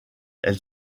elle